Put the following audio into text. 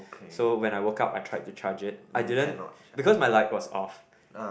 so when I woke up I tried to charge it I didn't because my light was off